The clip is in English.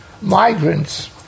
Migrants